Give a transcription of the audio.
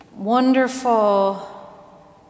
Wonderful